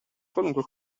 qualunque